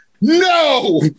No